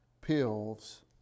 pills